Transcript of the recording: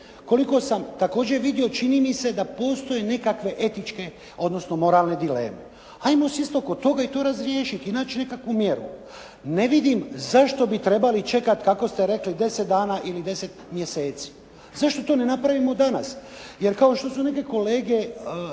Koliko sam također vidio čini mi se da postoje nekakve etičke odnosno moralne dileme. Ajmo sjesti oko toga i to razriješiti i naći nekakvu mjeru ne vidim zašto bi trebali čekati kako ste rekli 10 dana ili 10 mjeseci? Zašto to ne napravimo danas? Jer kao što su neke kolege